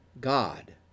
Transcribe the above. God